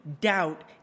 doubt